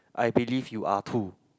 I believe you are too